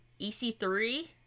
EC3